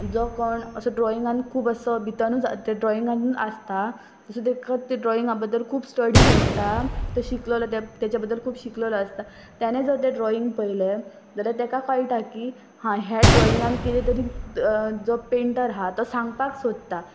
जो कोण असो ड्रॉइंगान खूब असो भितनूच ड्रॉइंगानूच आसता जो ते ते ड्रॉइंगा बद्दल खूब स्टडीज आसता तो शिकलेलो तेच्या बद्दल खूब शिकलेलो आसता तेणे जर तें ड्रॉइंग पयलें जाल्यार तेका कळटा की हां हें ड्रॉइंगान किदें तरी जो पेंटर आसा तो सांगपाक सोदता